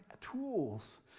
tools